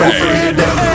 freedom